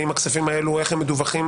איך הכספים האלה מדווחים,